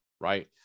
right